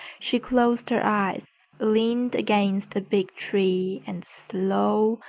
she closed her eyes, leaned against a big tree, and slow,